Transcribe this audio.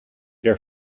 their